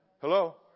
Hello